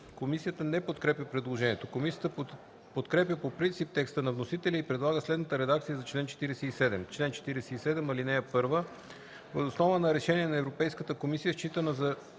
Комисията не подкрепя предложението. Комисията подкрепя по принцип текста на вносителя и предлага следната редакция на чл. 47: „Чл. 47. (1) Въз основа на решение на Европейската комисия за